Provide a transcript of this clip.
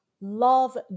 love